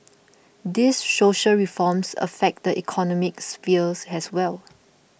these social reforms affect the economic spheres as well